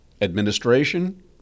administration